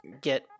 get